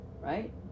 Right